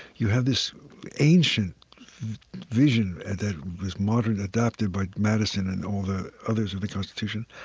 you have this ancient vision that was modern, adapted by madison and all the others of the constitution,